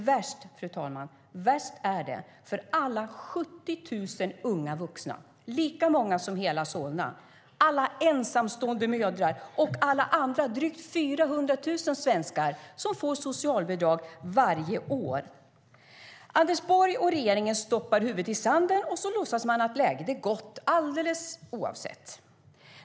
Värst är det för alla 70 000 unga vuxna, lika många som hela Solna, alla ensamstående mödrar och alla andra drygt 400 000 svenskar som får socialbidrag varje år. Anders Borg och regeringen stoppar huvudet i sanden och låtsas som att läget är gott - alldeles oavsett.